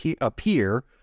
appear